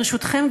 ברשותכם,